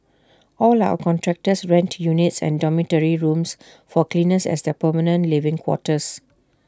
all our contractors rent units and dormitory rooms for cleaners as their permanent living quarters